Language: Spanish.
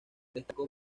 destacó